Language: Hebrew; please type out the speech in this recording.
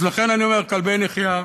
אז לכן אני אומר: כלבי נחייה,